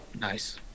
Nice